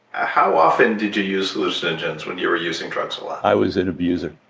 how often did you use hallucinogens when you were using drugs a lot? i was an abuser